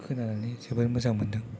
खोनानानै जोबोर मोजां मोनदों